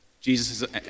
Jesus